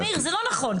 מאיר זה לא נכון,